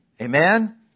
Amen